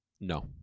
No